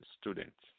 students